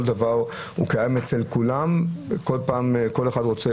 כל דבר קיים אצל כולם וכל אחד רוצה,